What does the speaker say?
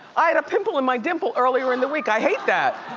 i had a pimple in my dimple earlier in the week, i hate that.